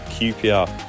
QPR